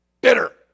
bitter